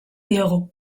diogu